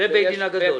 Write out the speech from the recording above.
זה בית הדין הגדול.